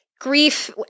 Grief